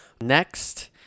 Next